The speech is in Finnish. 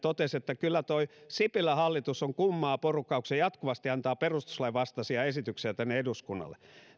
totesivat että kyllä tuo sipilän hallitus on kummaa porukkaa kun se jatkuvasti antaa perustuslain vastaisia esityksiä tänne eduskunnalle